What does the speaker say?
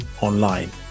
online